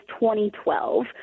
2012